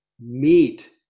meet